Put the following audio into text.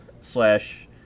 slash